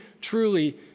truly